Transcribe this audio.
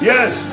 Yes